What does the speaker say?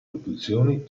produzioni